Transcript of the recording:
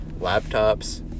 laptops